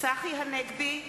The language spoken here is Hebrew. צחי הנגבי,